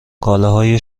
کالاهای